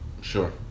Sure